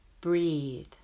breathe